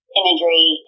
imagery